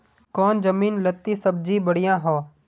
कौन जमीन लत्ती सब्जी बढ़िया हों?